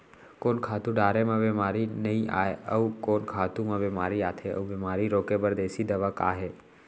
कोन खातू डारे म बेमारी नई आये, अऊ कोन खातू म बेमारी आथे अऊ बेमारी रोके बर देसी दवा का हे?